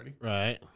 Right